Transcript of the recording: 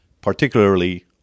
particularly